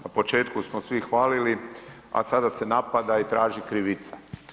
Na početku smo svi hvalili, a sada se napada i traži krivica.